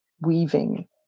weaving